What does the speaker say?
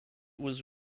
was